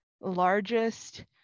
largest